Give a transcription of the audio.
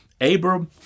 Abram